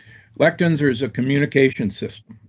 lectins, there is a communication system,